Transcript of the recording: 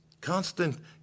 Constant